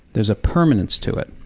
there's a permanence to it.